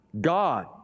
God